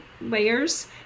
layers